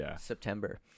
September